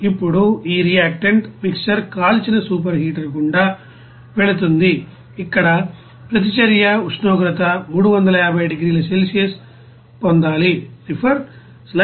ఇప్పుడు ఈ reactant mixer కాల్చిన సూపర్ హీటర్ గుండా వెళుతుంది ఇక్కడ ప్రతిచర్య ఉష్ణోగ్రత 350 డిగ్రీల సెల్సియస్ పొందాలి